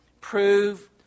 prove